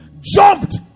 jumped